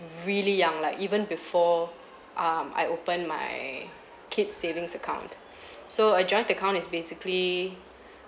really young like even before um I opened my kids' savings account so a joint account is basically